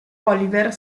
oliver